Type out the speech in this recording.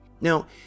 Now